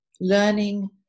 Learning